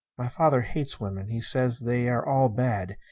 my father hates women. he says they are all bad.